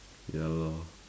ya lor